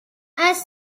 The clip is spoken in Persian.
عصام